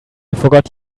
forgot